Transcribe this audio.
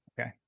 Okay